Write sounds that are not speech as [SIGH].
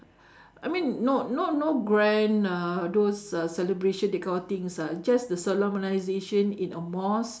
[BREATH] I mean no no no grand uh those celebration uh that kind of things ah just a solemnisation in a mosque